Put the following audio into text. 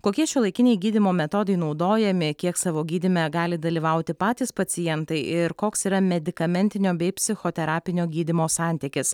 kokie šiuolaikiniai gydymo metodai naudojami kiek savo gydyme gali dalyvauti patys pacientai ir koks yra medikamentinio bei psichoterapinio gydymo santykis